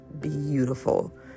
beautiful